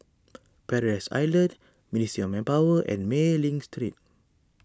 Paradise Island Ministry of Manpower and Mei Ling Street